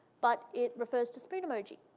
but it refers to spoon emoji,